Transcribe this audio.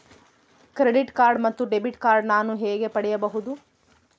Credit card ಮತ್ತು debit card ನಾನು ಹೇಗೆ ಪಡೆಯಬಹುದು?